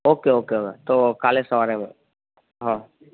okay okay હવે તો કાલે સવારે હા